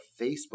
Facebook